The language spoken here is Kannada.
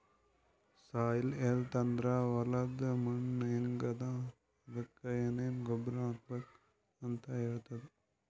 ಸಾಯಿಲ್ ಹೆಲ್ತ್ ಅಂದ್ರ ಹೊಲದ್ ಮಣ್ಣ್ ಹೆಂಗ್ ಅದಾ ಅದಕ್ಕ್ ಏನೆನ್ ಗೊಬ್ಬರ್ ಹಾಕ್ಬೇಕ್ ಅಂತ್ ಹೇಳ್ತದ್